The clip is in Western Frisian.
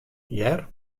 hear